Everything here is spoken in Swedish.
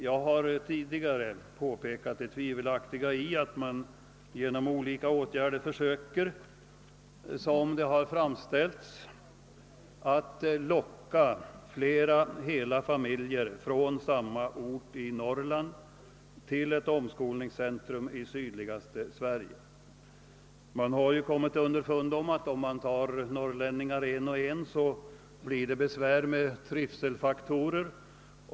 Jag har tidigare påpekat det tvivelaktiga i att man genom olika åtgärder försöker, som det har framställts, »locka flera hela familjer från samma ort i Norrland» till ett omskolningscentrum i sydligaste Sverige. Man har ju kommit underfund med att om man tar norrlänningarna en och en blir det besvär med trivselfaktorer.